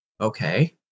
Okay